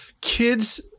kids